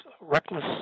reckless